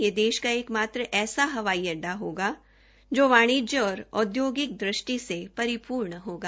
यह देश की एकमात्र ऐसा हवाई अड्डा होगा जहां वाण्जिय और औद्योगिक दृष्टि से परिपूर्ण होगा